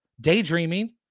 daydreaming